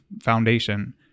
foundation